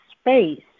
space